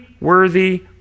worthy